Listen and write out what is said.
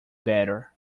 better